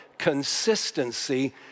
consistency